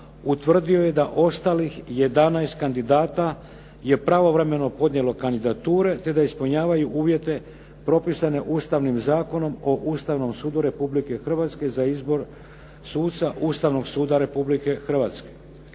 utvrdio je ostalih 11 kandidata je pravovremeno podnijelo kandidature te da ispunjavaju uvjete propisane Ustavnim zakonom o Ustavnom sudu Republike Hrvatske za izbor suca Ustavnog suda Republike Hrvatske.